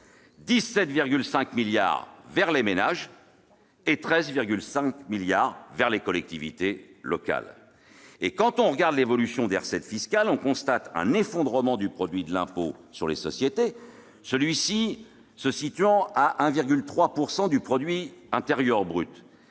17,5 milliards vers les ménages et environ 13,5 milliards vers les collectivités locales. Quand on regarde l'évolution des recettes fiscales, on constate l'effondrement du produit de l'impôt sur les sociétés, celui-ci se situant à environ 1,3 % du produit intérieur brut.